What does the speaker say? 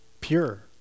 pure